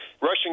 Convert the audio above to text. Russian